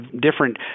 different